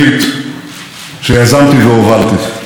רעידת אדמה אדירה במאה השמינית החריבה אותו